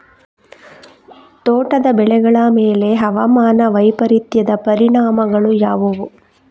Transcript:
ತೋಟದ ಬೆಳೆಗಳ ಮೇಲೆ ಹವಾಮಾನ ವೈಪರೀತ್ಯದ ಪರಿಣಾಮಗಳು ಯಾವುವು?